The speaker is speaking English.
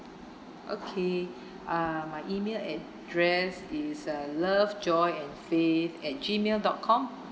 okay uh my email address is uh love joy and faith at gmail dot com